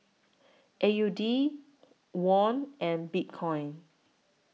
A U D Won and Bitcoin